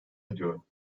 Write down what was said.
ediyorum